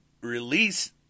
release